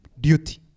duty